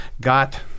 got